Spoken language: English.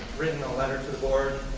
written a letter to the board